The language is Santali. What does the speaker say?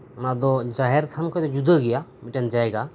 ᱚᱱᱟ ᱫᱚ ᱡᱟᱦᱮᱨ ᱛᱷᱟᱱ ᱠᱷᱚᱱ ᱫᱚ ᱡᱩᱫᱟᱹ ᱜᱮᱭᱟ ᱢᱤᱫᱴᱮᱱ ᱡᱟᱭᱜᱟ